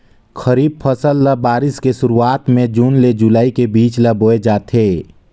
खरीफ फसल ल बारिश के शुरुआत में जून से जुलाई के बीच ल बोए जाथे